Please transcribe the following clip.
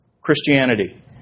Christianity